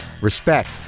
Respect